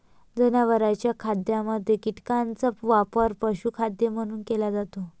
जनावरांच्या खाद्यामध्ये कीटकांचा वापर पशुखाद्य म्हणून केला जातो